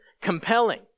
compelling